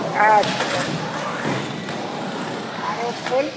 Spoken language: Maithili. अच्छा आरो फुल